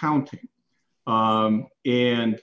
counting and